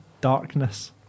darkness